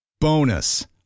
Bonus